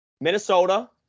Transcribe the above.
Minnesota